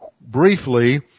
briefly